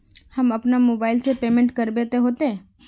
हम अपना मोबाईल से पेमेंट करबे ते होते?